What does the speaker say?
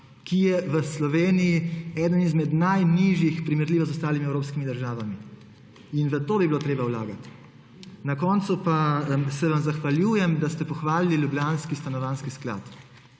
ki je v Sloveniji eden izmed najnižjih v primerjavi z ostalimi evropskimi državami. In v to bi bilo treba vlagati. Na koncu pa se vam zahvaljujem, da ste pohvalili ljubljanski stanovanjski sklad.